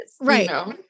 right